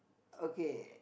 okay